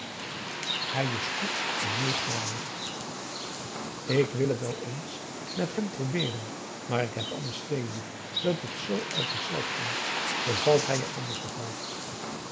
hij is goed en meêgaande ik wil t wel eens met hem probeeren maar ik heb anders veel liever dat het zoo uit zichzelf komt bevalt hij je anders nog